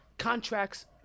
contracts